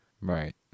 Right